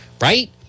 right